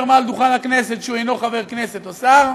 מעל דוכן הכנסת שהוא אינו חבר כנסת או שר,